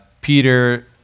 Peter